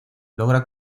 logra